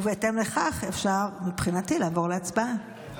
ובהתאם לכך, אפשר מבחינתי לעבור להצבעה.